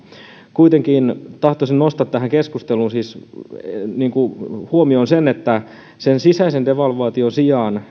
kuitenkin tahtoisin nostaa tähän keskusteluun huomioon sen että sen sisäisen devalvaation sijaan